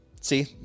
See